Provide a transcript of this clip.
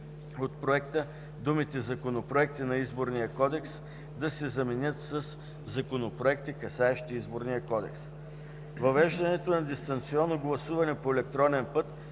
от Проекта думите „законопроекти на Изборния кодекс” да се заменят със „законопроекти, касаещи Изборния кодекс”. Въвеждането на дистанционно гласуване по електронен път